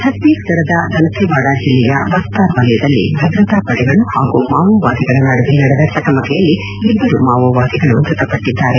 ಛತ್ತೀಸ್ಗಢದ ದಂತೇವಾದ ಜಿಲ್ಲೆಯ ಬಸ್ತಾರ್ ವಲಯದಲ್ಲಿ ಭದ್ರತಾ ಪಡೆಗಳು ಹಾಗೂ ಮಾವೋವಾದಿಗಳ ನಡುವೆ ನಡೆದ ಚಕಮಕಿಯಲ್ಲಿ ಇಬ್ಬರು ಮಾವೋವಾದಿಗಳು ಮೃತಪಟ್ಟಿದ್ದಾರೆ